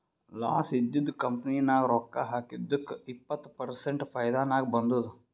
loss ಇದ್ದಿದು company ನಾಗ್ ರೊಕ್ಕಾ ಹಾಕಿದ್ದುಕ್ ಇಪ್ಪತ್ ಪರ್ಸೆಂಟ್ ಫೈದಾ ನಾಗ್ ಬಂದುದ್